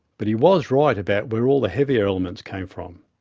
but he was right about where all the heavier elements came from.